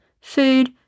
Food